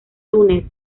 túnez